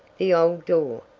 the old door,